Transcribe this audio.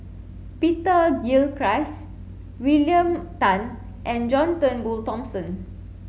Peter Gilchrist William Tan and John Turnbull Thomson